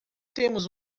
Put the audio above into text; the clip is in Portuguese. temos